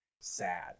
sad